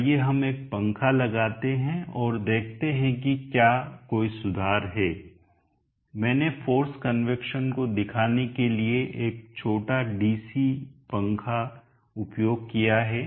आइए हम एक पंखा लगाते हैं और देखते हैं कि क्या कोई सुधार है मैंने फोर्स कन्वैक्शन को दिखाने के लिए एक छोटा डीसी पंखा उपयोग किया है